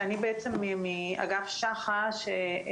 מהאוצר לתוכנית שבנינו הרבה קודם והיא באה